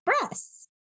breasts